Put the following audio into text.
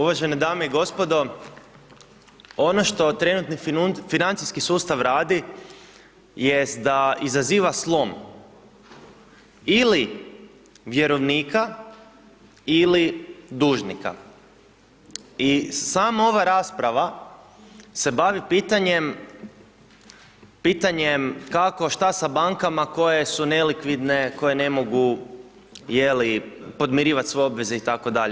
Uvažene dame i gospodo, ono što trenutni financijski sustav radi jest da izaziva slom ili vjerovnika ili dužnika i sama ova rasprava se bavi pitanjem, pitanjem kako, šta sa bankama koje su nelikvidne koje ne mogu, je li, podmirivat svoje obveze itd.